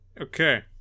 okay